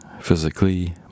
physically